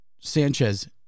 Sanchez